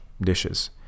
dishes